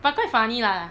but quite funny lah